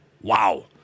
wow